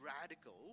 radical